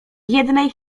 jednej